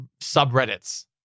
subreddits